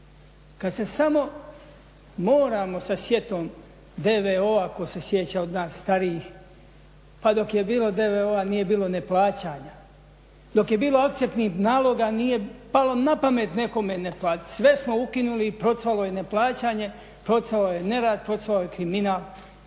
Kad se samo moramo sa sjetom DVO-a tko se sjeća od nas starijih. Pa dok je bilo DVO-a nije bilo neplaćanja. Dok je bilo akceptnih naloga nije palo na pamet nekome ne platiti. Sve smo ukinuli i procvalo je neplaćanje, procvao je nerad, procvao je kriminal,